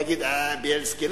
תגיד: בילסקי,